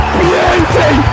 beauty